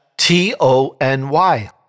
T-O-N-Y